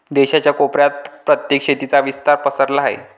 देशाच्या कोपऱ्या पर्यंत शेतीचा विस्तार पसरला आहे